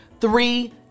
three